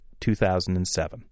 2007